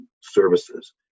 services